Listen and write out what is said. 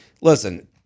listen